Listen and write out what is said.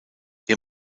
ihr